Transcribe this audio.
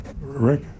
Rick